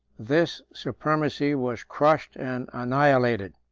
this supremacy was crushed and annihilated.